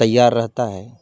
تیار رہتا ہے